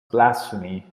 blasphemy